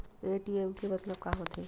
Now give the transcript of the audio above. ATM के मतलब का होथे?